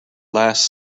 last